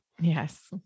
Yes